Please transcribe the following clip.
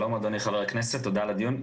שלום אדוני חבר הכנסת, תודה על הדיון.